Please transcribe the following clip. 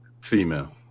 Female